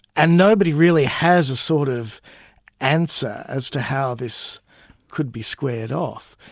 and nobody really has a sort of answer as to how this could be squared off.